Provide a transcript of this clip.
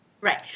Right